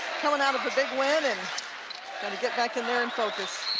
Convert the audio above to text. coming out of the big one and got to get back in there and focus.